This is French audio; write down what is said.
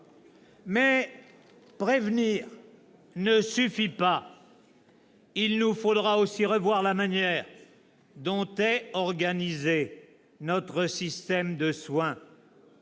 Mais prévenir ne suffit pas. Il nous faudra aussi revoir la manière dont est organisé notre système de soins.